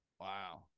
Wow